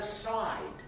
aside